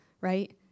right